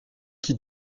qui